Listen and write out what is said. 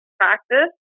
practice